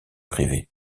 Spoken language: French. privée